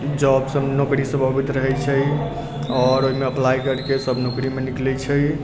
job सब नौकरीसब अबैत रहै छै आओर ओहिमे अप्लाइ करिके सब नौकरीमे निकलै छै